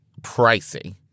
pricey